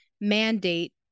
mandate